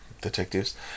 Detectives